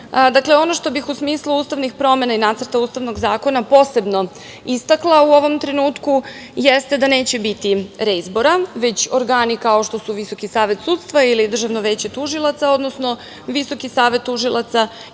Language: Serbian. Hvala. Ono što bih u smislu ustavnih promena i nacrta Ustavnog zakona posebno istakla u ovom trenutku, jeste da neće biti reizbora, već organi kao što su Visoki savet sudstva, ili Državno veće tužilaca, odnosno Visoki savet tužilaca